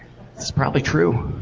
it's it's probably true.